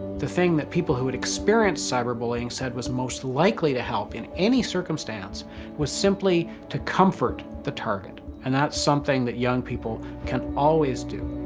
the thing that people who had experienced cyberbullying said was most likely to help in any circumstance was simply to comfort the target, and that's something that young people can always do.